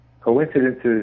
Coincidences